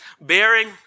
bearing